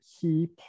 key